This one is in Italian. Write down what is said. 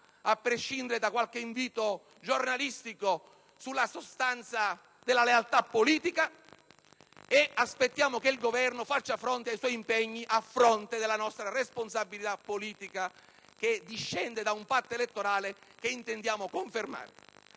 a prescindere da qualche invito giornalistico a riflettere sulla sostanza della lealtà politica. Aspettiamo dunque che il Governo rispetti i suoi impegni, a fronte della nostra responsabilità politica che discende da un patto elettorale che intendiamo confermare